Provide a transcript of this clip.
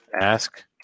Ask